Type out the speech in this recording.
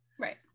Right